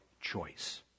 choice